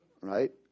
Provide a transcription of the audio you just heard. right